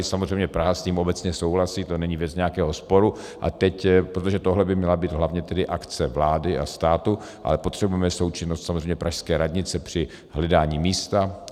Samozřejmě Praha s tím obecně souhlasí, to není věc nějakého sporu, a teď, protože tohle by měla být hlavně tedy akce vlády a státu, ale potřebujeme součinnost samozřejmě pražské radnice při hledání místa.